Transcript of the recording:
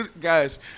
guys